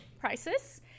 Prices